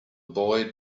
boy